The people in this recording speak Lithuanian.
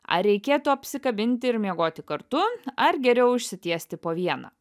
ar reikėtų apsikabinti ir miegoti kartu ar geriau išsitiesti po vieną